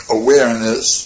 awareness